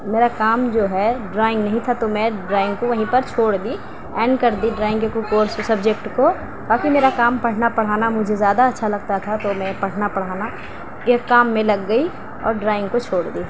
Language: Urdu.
میرا کام جو ہے ڈرائنگ نہیں تھا تو میں ڈرائنگ کو وہیں پر چھوڑ دی اینڈ کر دی ڈرائنگ کے کورس س بجیکٹ کو باقی میرا کام پڑھنا پڑھانا مجھے زیادہ اچّھا لگتا تھا تو میں پڑھنا پڑھانا ایک کام میں لگ گئی اور ڈرائنگ کو چھوڑ دی